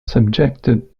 subjected